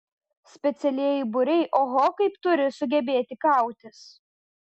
specialieji būriai oho kaip turi sugebėti kautis